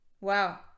Wow